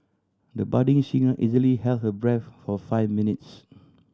the budding singer easily held her breath for five minutes